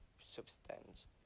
substance